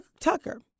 Tucker